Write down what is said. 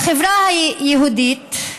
בחברה היהודית,